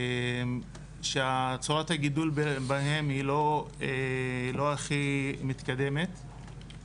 שצורת הגידול בהם היא לא הכי מתקדמת,